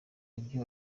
ibyo